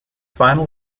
final